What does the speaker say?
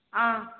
ஆ